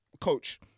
coach